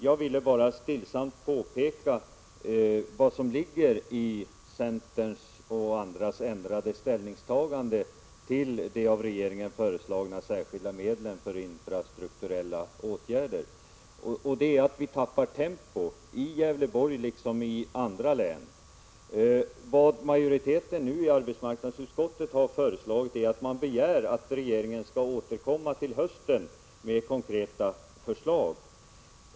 Jag vill bara i all stillsamhet påpeka vad centerns och andras ändrade ställningstagande när det gäller de av regeringen föreslagna särskilda medlen för infrastrukturella åtgärder innebär. Det är att vi tappar tempot i Gävleborgs län liksom i andra län. Majoriteten i arbetsmarknadsutskottet har föreslagit att man begär att regeringen skall återkomma till hösten med konkreta förslag.